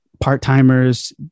part-timers